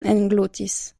englutis